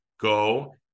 go